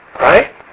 Right